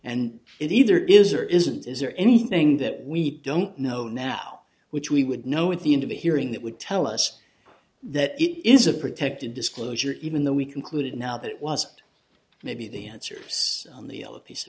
and it either is or isn't is there anything that we don't know now which we would know with the end of the hearing that would tell us that it is a protected disclosure even though we concluded now that it was maybe the answers on the l a piece